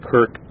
Kirk